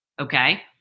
Okay